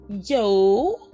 yo